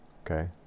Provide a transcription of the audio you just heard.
Okay